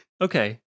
Okay